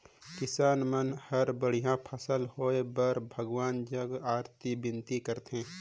किसान मन हर बड़िया फसल होए बर भगवान जग अरती बिनती करथे